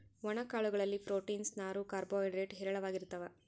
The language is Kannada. ಒಣ ಕಾಳು ಗಳಲ್ಲಿ ಪ್ರೋಟೀನ್ಸ್, ನಾರು, ಕಾರ್ಬೋ ಹೈಡ್ರೇಡ್ ಹೇರಳವಾಗಿರ್ತಾವ